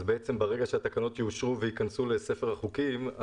ברגע שהתקנות יאושרו וייכנסו לספר החוקים,